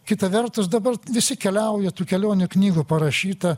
kita vertus dabar visi keliauja tų kelionių knygų parašyta